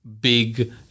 big